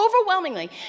Overwhelmingly